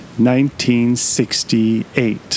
1968